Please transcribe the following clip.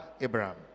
Abraham